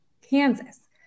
kansas